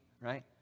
right